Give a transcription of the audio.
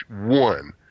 one